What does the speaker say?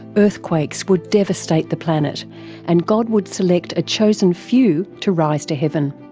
earthquakes would devastate the planet and god would select a chosen few to rise to heaven.